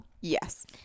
Yes